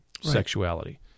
sexuality